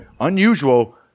unusual